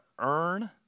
earn